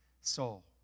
soul